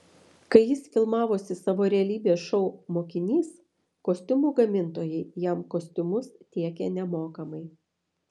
kai jis filmavosi savo realybės šou mokinys kostiumų gamintojai jam kostiumus tiekė nemokamai